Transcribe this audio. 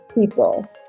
people